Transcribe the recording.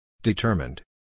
Determined